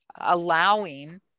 allowing